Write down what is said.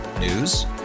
News